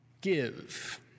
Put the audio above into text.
Give